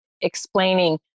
explaining